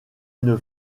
une